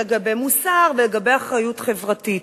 לגבי מוסר ולגבי אחריות חברתית.